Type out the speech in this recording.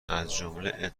ازجمله